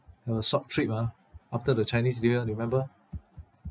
have a short trip ah after the chinese new year remember